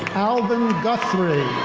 alvin guthrie.